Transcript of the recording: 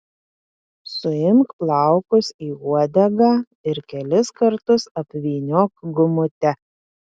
suimk plaukus į uodegą ir kelis kartus apvyniok gumute